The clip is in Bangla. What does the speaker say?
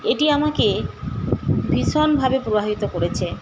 এটি আমাকে ভীষণভাবে প্রভাবিত করেছে